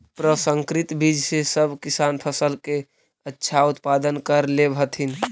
प्रसंकरित बीज से सब किसान फसल के अच्छा उत्पादन कर लेवऽ हथिन